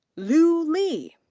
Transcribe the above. lu li.